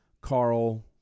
Carl